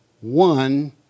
one